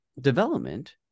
Development